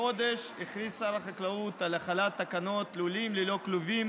החודש הכריז שר החקלאות על החלת תקנות לולים ללא כלובים,